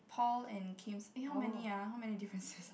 Paul and Kim's eh how many uh how many differences